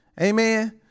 Amen